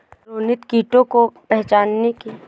रोनित कीटों को पहचानने की विधियाँ सीखने यहाँ आया है